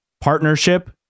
partnership